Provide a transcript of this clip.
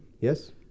Yes